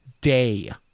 day